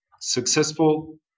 Successful